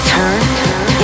Turn